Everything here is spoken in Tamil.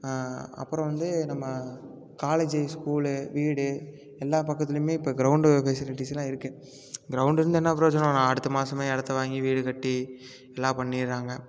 அப்புறம் வந்து நம்ம காலேஜ் ஸ்கூலு வீடு எல்லா பக்கத்துலேயுமே இப்போ க்ரௌண்டு ஃபெசிலிட்டிஸ்லாம் இருக்குது க்ரௌண்ட் இருந்து என்ன பிரோஜனம் நான் அடுத்த மாதமே இடத்த வாங்கி வீடு கட்டி எல்லாம் பண்ணிடுறாங்க